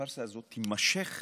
הפארסה הזאת תימשך